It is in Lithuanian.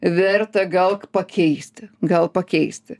verta gal pakeisti gal pakeisti